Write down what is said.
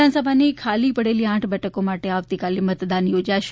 વિધાનસભાની ખાલી પડેલી આઠ બેઠકો માટે આવતીકાલે મતદાન યોજાશે